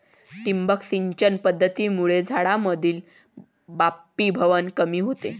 ठिबक सिंचन पद्धतीमुळे झाडांमधील बाष्पीभवन कमी होते